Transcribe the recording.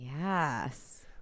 yes